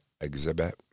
exhibit